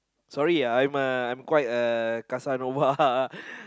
sorry I'm a I'm quite a casanova